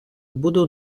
буду